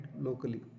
locally